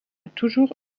toujours